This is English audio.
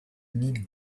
need